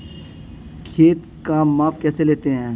खेत का माप कैसे लेते हैं?